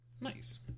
Nice